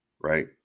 Right